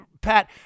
Pat